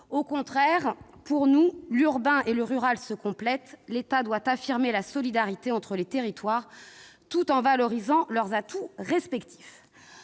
Au contraire, pour nous, l'urbain et le rural se complètent, l'État doit affirmer la solidarité entre les territoires tout en valorisant leurs atouts respectifs